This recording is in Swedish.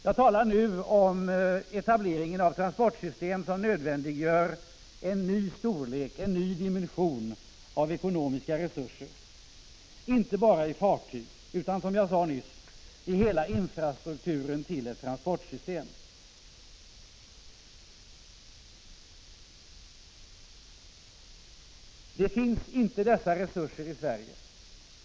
Jag talar nu om etableringen av transportsystem som nödvändiggör en ny storlek, en ny dimension av ekonomiska resurser inte bara i fråga om fartyg utan som jag nyss sade i fråga om hela infrastrukturen till ett transportsystem. Dessa resurser finns inte i Sverige.